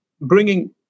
bringing